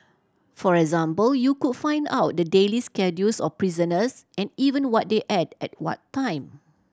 for example you could find out the daily schedules of prisoners and even what they ate at what time